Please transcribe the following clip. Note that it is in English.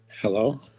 Hello